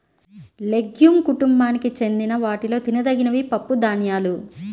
legume కుటుంబానికి చెందిన వాటిలో తినదగినవి పప్పుధాన్యాలు